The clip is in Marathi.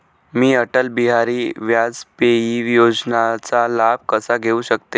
मी अटल बिहारी वाजपेयी योजनेचा लाभ कसा घेऊ शकते?